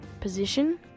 position